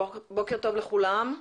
בוקר טוב לכולם.